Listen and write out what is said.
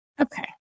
Okay